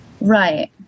Right